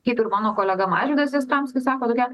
kaip ir mano kolega mažvydas jastramskis sako tokia